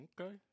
okay